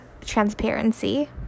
transparency